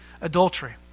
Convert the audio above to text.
adultery